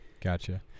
Gotcha